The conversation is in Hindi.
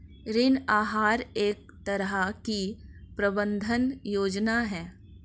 ऋण आहार एक तरह की प्रबन्धन योजना है